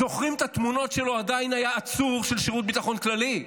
זוכרים את התמונות שלו כשעדיין היה עצור של שירות ביטחון כללי?